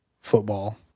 football